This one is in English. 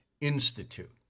Institute